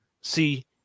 See